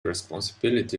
responsibility